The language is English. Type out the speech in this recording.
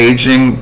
Aging